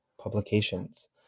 publications